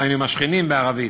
גם עם השכנים, בערבית.